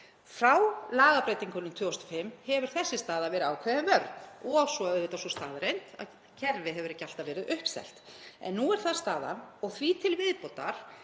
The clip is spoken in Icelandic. Frá lagabreytingunni 2005 hefur þessi staða verið ákveðin vörn og svo auðvitað sú staðreynd að kerfið hefur ekki alltaf verið uppselt. En nú er það staðan og því til viðbótar